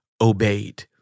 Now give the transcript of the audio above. obeyed